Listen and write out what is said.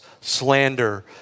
slander